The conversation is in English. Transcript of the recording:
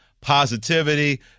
positivity